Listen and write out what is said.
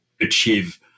achieve